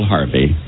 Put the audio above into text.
Harvey